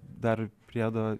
dar priedo